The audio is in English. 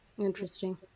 Interesting